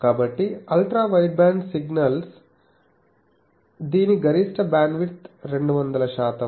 కాబట్టి ultra wideband signal దీని గరిష్ట బ్యాండ్విడ్త్ 200 శాతం